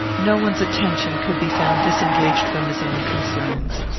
no one's attention could be found disengaged from his own concerns.